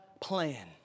plan